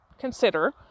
consider